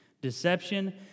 Deception